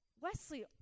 Wesley